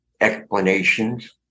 explanations